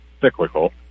cyclical